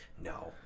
No